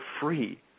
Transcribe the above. free